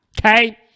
Okay